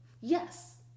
Yes